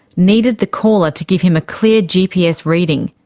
needed the caller to give him a clear gps reading,